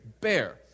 Bear